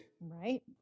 right